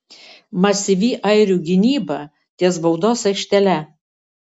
masyvi airių gynyba ties baudos aikštele